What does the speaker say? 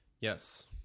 Yes